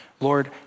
Lord